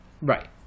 right